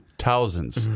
Thousands